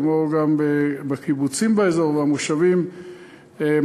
כמו גם בקיבוצים ובמושבים באזור,